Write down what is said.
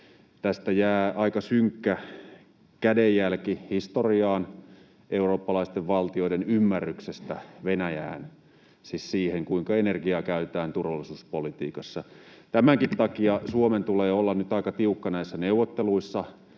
Tästä jää aika synkkä kädenjälki historiaan eurooppalaisten valtioiden ymmärryksestä Venäjään, siis siihen, kuinka energiaa käytetään turvallisuuspolitiikassa. Tämänkin takia Suomen tulee olla nyt aika tiukka näissä neuvotteluissa.